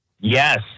Yes